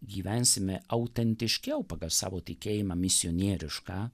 gyvensime autentiškiau pagal savo tikėjimą misionierišką